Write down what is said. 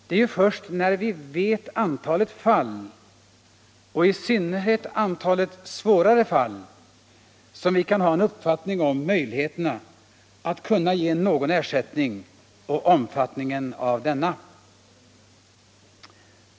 Det är ju först när vi vet antalet fall — och i synnerhet antalet svårare fall — som vi kan ha en uppfattning om möjligheterna att ge någon ersättning och omfattningen av denna.